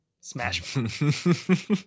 Smash